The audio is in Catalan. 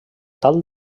tal